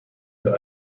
wir